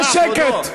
יהיה שקט.